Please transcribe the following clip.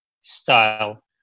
style